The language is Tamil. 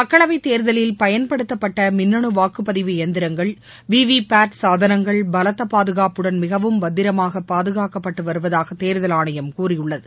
மக்களவைத்தேர்தலில் பயன்படுத்தப்பட்ட மின்னனு வாக்குப்பதிவு இயந்திரங்கள் வி வி பேட் சாதனங்கள் பலத்த பாதுகாப்புடன் மிகவும் பத்திரமாக பாதுகாக்கப்பட்டு வருவதாக தேர்தல் ஆணையம் கூறியுள்ளது